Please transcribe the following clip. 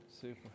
Super